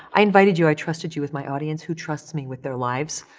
i invited you, i trusted you with my audience, who trusts me with their lives.